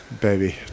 baby